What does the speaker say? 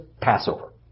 Passover